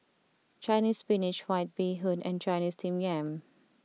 Chinese Spinach White Bee Hoon and Chinese Steamed Yam